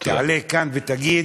תעלה כאן ותגיד: